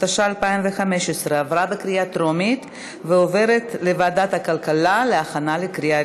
התשע"ה 2015, לוועדת הכלכלה נתקבלה.